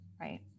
right